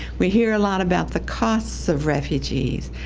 we hear a lot about the costs of refugees,